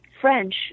French